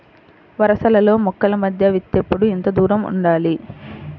వరసలలో మొక్కల మధ్య విత్తేప్పుడు ఎంతదూరం ఉండాలి?